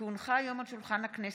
כי הונחה היום על שולחן הכנסת,